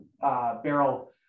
barrel